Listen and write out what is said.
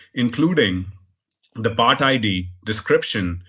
including the part id, description,